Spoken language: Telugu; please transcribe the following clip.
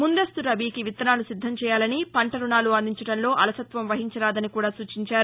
ముందస్తు రబీకి విత్తనాలు సిద్దం చేయాలని పంట రుణాలు అందించడంలో అలసత్వం వహించరాదని కూడా సూచించారు